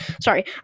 Sorry